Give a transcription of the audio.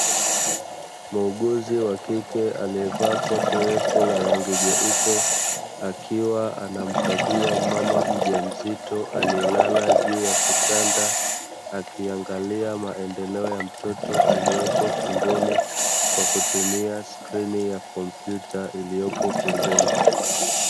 Muuguzi wa kike aliyevaa koti refu la rangi jeupe, akiwa ana mkagua mama mjamzito alielala juu ya kitanda, akiangalia maendeleo ya mtoto aliyoko tumboni kwa kutumia skrini ya komputa iliyopo pembeni.